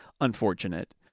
unfortunate